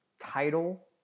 title